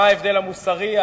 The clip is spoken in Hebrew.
מה ההבדל המוסרי,